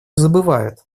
забывают